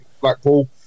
Blackpool